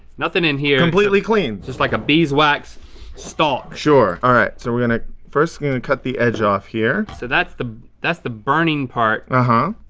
nothing in here. completely clean. just like a beeswax stalk. sure, all right. so we're gonna first i'm gonna and cut the edge off here. so that's the that's the burning part. uh-huh,